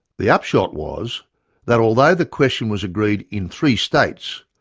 the upshot was that although the question was agreed in three states